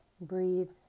breathe